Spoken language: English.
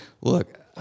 Look